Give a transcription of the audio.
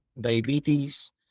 diabetes